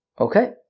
Okay